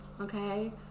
Okay